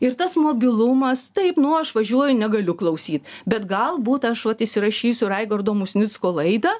ir tas mobilumas taip nu aš važiuoju negaliu klausy bet galbūt aš vat įsirašysiu raigardo musnicko laidą